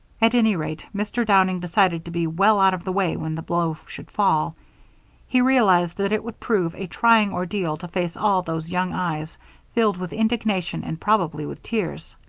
at any rate, mr. downing decided to be well out of the way when the blow should fall he realized that it would prove a trying ordeal to face all those young eyes filled with indignation and probably with tears.